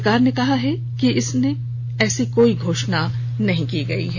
सरकार ने कहा है कि इसने ऐसी कोई घोषणा नहीं की गयी है